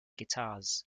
guitars